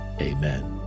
Amen